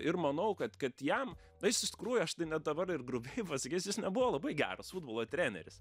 ir manau kad kad jam na jis iš tikrųjų aš tai net dabar ir grubiai pasakysiu jis nebuvo labai geras futbolo treneris